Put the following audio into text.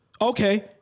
okay